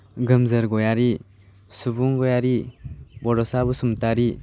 Gomjor Goyari Subung Goyari Bodosa Basumatary